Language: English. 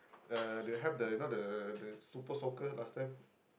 uh they have the you know the the super soaker last time